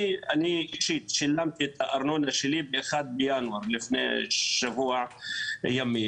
אני אישית שילמתי את הארנונה שלי ב-1 בינואר לפני שבוע ימים.